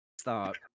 stop